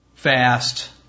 Fast